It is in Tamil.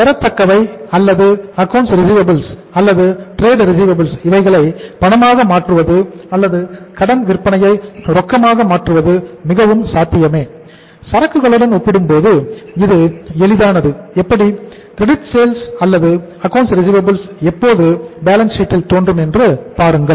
ஆனால் பெறதக்கவை அல்லது அக்கவுண்ட்ஸ் ரிசிவபில்ஸ் ல் தோன்றும் என்று பாருங்கள்